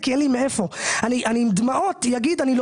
אין לי